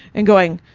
and going,